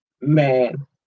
man